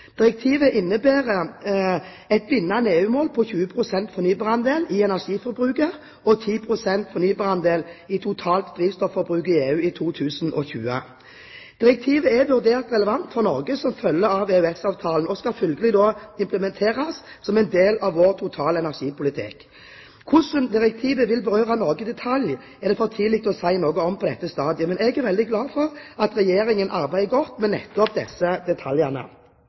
Direktivet innebærer et bindende EU-mål på 20 pst. fornybarandel i energiforbruket og 10 pst. fornybarandel i totalt drivstofforbruk i EU i 2020. Direktivet er vurdert relevant for Norge som følge av EØS-avtalen og skal følgelig implementeres som en del av vår totale energipolitikk. Hvordan direktivet vil berøre Norge i detalj, er det for tidlig å kunne si noe om på dette stadiet, men jeg er veldig glad for at Regjeringen arbeider godt med nettopp disse detaljene.